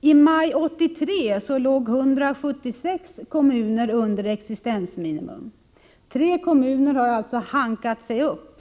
I maj 1983 låg 176 kommuner under existensminimum. Tre kommuner har alltså ”hankat sig upp”.